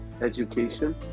education